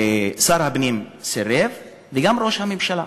שר הפנים סירב וגם ראש הממשלה.